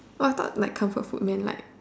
I thought like comfort food man like